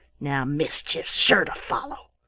now mischief's sure to follow.